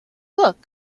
look